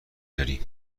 داری